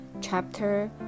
chapter